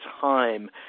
time